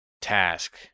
task